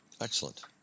Excellent